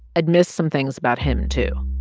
i'd missed some things about him, too.